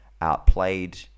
outplayed